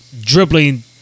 dribbling